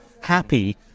happy